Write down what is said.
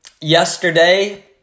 yesterday